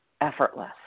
effortless